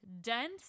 dense